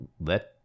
let